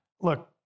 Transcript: look